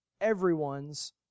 everyone's